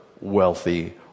wealthy